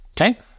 Okay